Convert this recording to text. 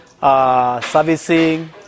Servicing